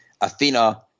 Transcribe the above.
Athena